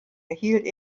erhielt